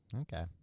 Okay